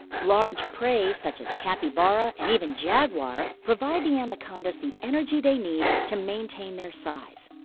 large prey such as capybara and even jaguar provide the anacondas the energy they need to maintain their size.